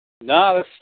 No